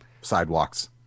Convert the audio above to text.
sidewalks